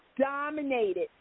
dominated